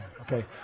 Okay